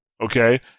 Okay